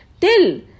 till